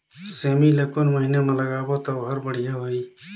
सेमी ला कोन महीना मा लगाबो ता ओहार बढ़िया होही?